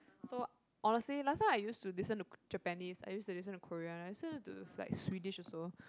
so honestly last time I used to listen to Japanese I used to listen to Korean I listen to like Swedish also